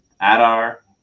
Adar